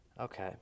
Okay